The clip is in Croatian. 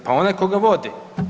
Pa onaj ko ga vodi.